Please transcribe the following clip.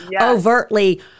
overtly